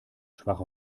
schwach